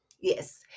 Yes